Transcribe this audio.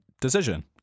decision